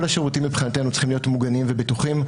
כל השירותים מבחינתנו צריכים להיות מוגנים ובטוחים,